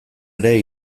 ere